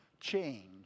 change